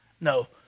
No